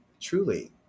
truly